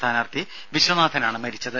സ്ഥാനാർത്ഥി വിശ്വനാഥൻ ആണ് മരിച്ചത്